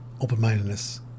Open-mindedness